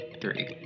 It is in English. three